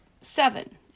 Seven